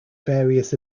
various